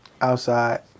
outside